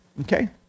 okay